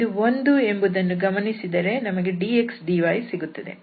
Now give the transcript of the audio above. ಇದು 1 ಎಂಬುದನ್ನು ಗಮನಿಸಿದರೆ ನಮಗೆ dx dyಸಿಗುತ್ತದೆ